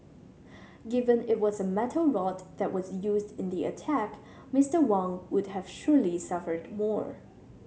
given it was a metal rod that was used in the attack Mister Wang would have surely suffered more